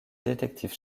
détective